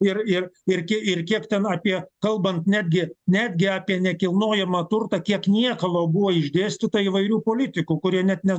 ir ir ir kie ir kiek ten apie kalbant netgi netgi apie nekilnojamą turtą kiek niekalo buvo išdėstyta įvairių politikų kurie net ne